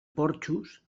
porxos